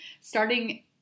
starting